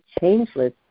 changeless